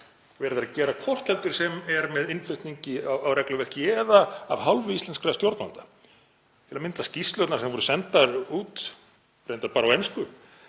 verið er að gera, hvort heldur sem er með innflutningi á regluverki eða af hálfu íslenskra stjórnvalda, til að mynda skýrslurnar sem voru sendar út, reyndar bara á ensku,